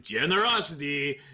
generosity